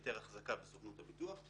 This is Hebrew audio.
היתר החזקה בסוכנות לביטוח,